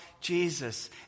Jesus